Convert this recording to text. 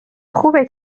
خوبه